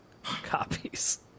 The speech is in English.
copies